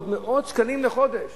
עוד מאות שקלים לחודש